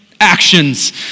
actions